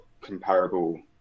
comparable